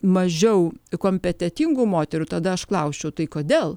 mažiau kompetentingų moterų tada aš klausčiau tai kodėl